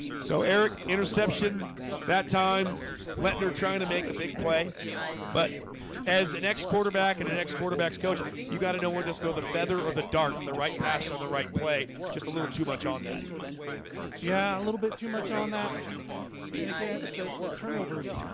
so eric interception that time letter trying to make a big play but as an ex quarterback and an ex quarterbacks coach you got to know when to throw the feather or the dart the right pass on the right play just a little too much on that yeah a little bit too much on that and again the the turnovers